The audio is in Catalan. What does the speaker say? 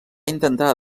intentar